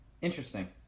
Interesting